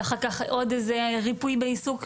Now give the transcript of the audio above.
ואחר כך עוד איזה ריפוי בעיסוק,